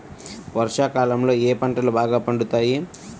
వర్షాకాలంలో ఏ పంటలు బాగా పండుతాయి?